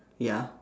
ya